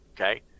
Okay